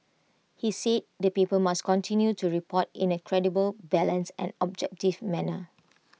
he said the paper must continue to report in A credible balanced and objective manner